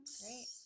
great